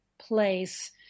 place